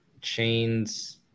chains